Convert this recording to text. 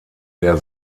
der